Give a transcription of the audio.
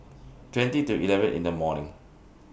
twenty to eleven in The morning